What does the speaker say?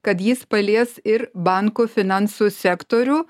kad jis palies ir bankų finansų sektorių